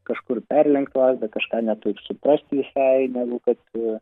kažkur perlenkt lazdą kažką ne taip suprasti visai negu kad